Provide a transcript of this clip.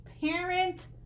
parent